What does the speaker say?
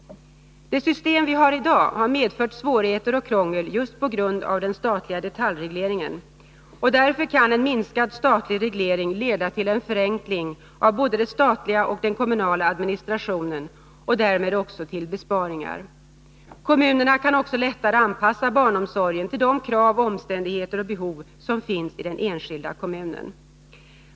Det system vi har i dag har medfört svårigheter och krångel just på grund av den statliga detaljregleringen, och därför kan en minskad statlig reglering leda till en förenkling av både den statliga och den kommunala administrationen och därmed också till besparingar. Kommunerna kan också lättare anpassa barnomsorgen till de krav, omständigheter och behov som finns i den enskilda kommunen.